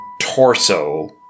torso